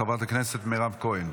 חברת הכנסת מירב כהן.